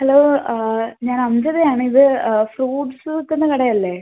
hello ഞാൻ അഞ്ചിതയാണ് ഇത് ഫ്രൂട്ട്സ് വിൽക്കുന്ന കടയല്ലേ